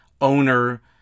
owner